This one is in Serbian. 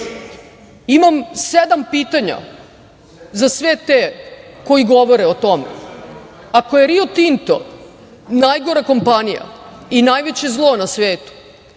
tome. Imam sedam pitanja za sve te koji govore o tome. Ako je "Rio Tinto" najgora kompanija i najveće zlo na svetu,